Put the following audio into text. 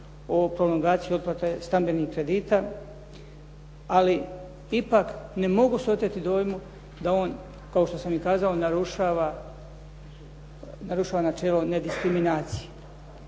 o prolongaciji otplate stambenih kredita. Ali ipak, ne mogu se oteti dojmu da on kao što sam i kazao narušava načelo nediskriminacije